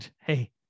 Hey